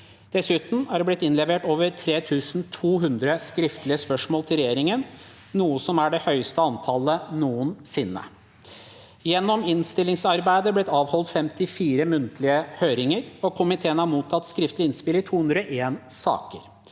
Dessuten er det blitt innlevert over 3 200 skriftlige spørsmål til regjeringen – noe som er det høyeste antallet noensinne. Gjennom innstillingsarbeidet er det blitt avholdt 54 muntlige høringer, og komiteene har mottatt skriftlige innspill i 201 saker.